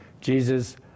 Jesus